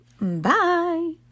Bye